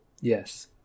Yes